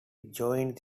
joined